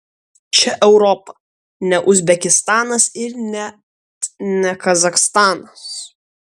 čia europa ne uzbekistanas ir net ne kazachstanas